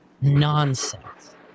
nonsense